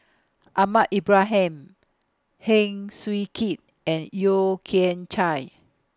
Ahmad Ibrahim Heng Swee Keat and Yeo Kian Chai